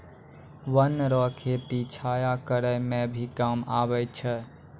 वन रो खेती छाया करै मे भी काम आबै छै